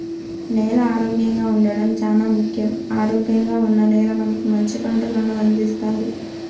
నేల ఆరోగ్యంగా ఉండడం చానా ముఖ్యం, ఆరోగ్యంగా ఉన్న నేల మనకు మంచి పంటలను అందిస్తాది